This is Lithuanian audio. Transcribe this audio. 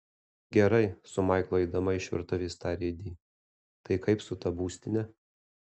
gerai su maiklu eidama iš virtuvės tarė di tai kaip su ta būstine